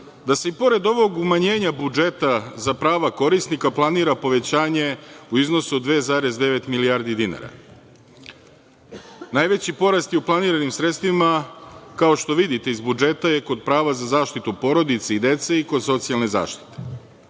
da se pored ovog umanjenja budžeta za prava korisnika planira povećanje u iznosu od 2,9 milijardi dinara. Najveći porast je u planiranim sredstvima, kao što vidite iz budžeta, kod prava za zaštitu porodice i dece i kod socijalne zaštite.